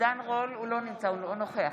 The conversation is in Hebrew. אינו נוכח